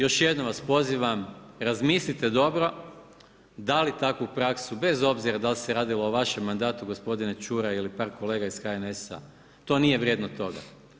Još jednom vas pozivam, razmislite dobru, da li takvu praksu, bez obzira da li se radilo u vašem mandatu gospodine Čuraj ili par kolega iz HNS-a to nije vrijedno toga.